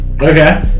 Okay